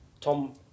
Tom